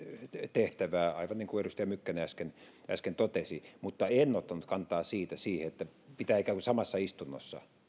tehtävää aivan niin kuin edustaja mykkänen äsken äsken totesi mutta en ottanut kantaa siihen että pitää ikään kuin samassa istunnossa